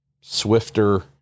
swifter